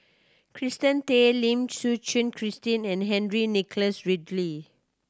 Kirsten Tan Lim Suchen Christine and Henry Nicholas Ridley